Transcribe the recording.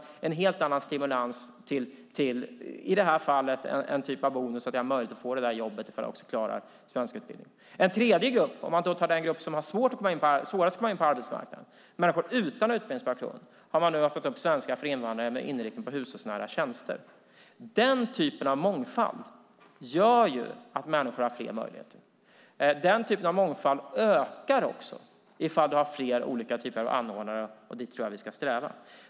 Det är en helt annan stimulans till en typ av bonus i det här fallet att man har möjlighet att få det där jobbet om man klarar svenskutbildningen. En tredje grupp, den som har svårast att komma in på arbetsmarknaden, är människor utan utbildningsbakgrund. Man har nu fått upp svenska för invandrare med inriktning på hushållsnära tjänster. Den typen av mångfald gör att människor har fler möjligheter. Den typen av mångfald ökar också ifall vi har fler olika typer av anordnare. Dit tycker jag att vi ska sträva.